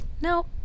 no